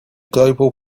global